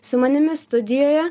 su manimi studijoje